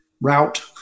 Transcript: route